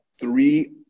three